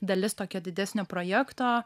dalis tokia didesnio projekto